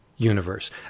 universe